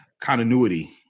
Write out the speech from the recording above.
continuity